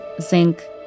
zinc